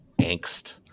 angst